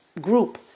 Group